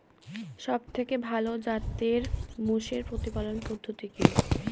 সবথেকে ভালো জাতের মোষের প্রতিপালন পদ্ধতি কি?